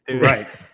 right